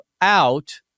out